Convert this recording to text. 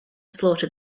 slaughter